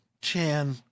chan